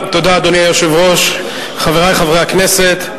אדוני היושב-ראש, תודה, חברי חברי הכנסת,